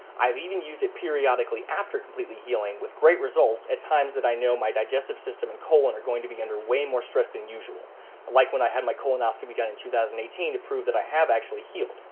i've even used it periodically after completely healing with great results at times that i know my digestive system and colon are going to be under way more stress than usual like when i had my colonoscopy done in two thousand and eighteen to prove that i have actually healed.